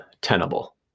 tenable